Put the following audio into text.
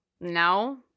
No